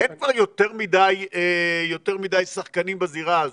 אין פה יותר מדי שחקנים בזירה הזו,